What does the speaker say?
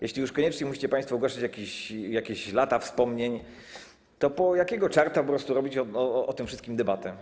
Jeśli już koniecznie musicie państwo ogłaszać jakieś lata wspomnień, to po jakiego czarta robić o tym wszystkim debatę?